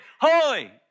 holy